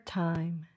time